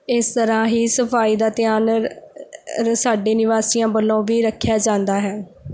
ਇਸ ਤਰ੍ਹਾਂ ਹੀ ਸਫਾਈ ਦਾ ਧਿਆਨ ਸਾਡੇ ਨਿਵਾਸੀਆਂ ਵੱਲੋਂ ਵੀ ਰੱਖਿਆ ਜਾਂਦਾ ਹੈ